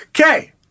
Okay